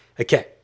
okay